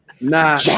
Nah